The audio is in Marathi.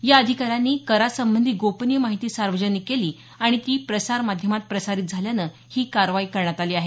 या अधिकाऱ्यांनी करा संबंधी गोपनीय माहिती सार्वजनिक केली आणि ती प्रसार माध्यमात प्रसारित झाल्यानं ही कारवाई करण्यात आली आहे